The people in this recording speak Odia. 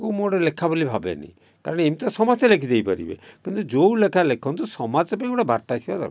କୁ ମୁଁ ଗୋଟେ ଲେଖା ବୋଲି ଭାବେନି କାରଣ ଏମିତି ତ ସମସ୍ତେ ଲେଖି ଦେଇ ପାରିବେ କିନ୍ତୁ ଯେଉଁ ଲେଖା ଲେଖନ୍ତୁ ସମାଜ ପାଇଁ ଗୋଟେ ବାର୍ତ୍ତା ଆସିବା ଦରକାର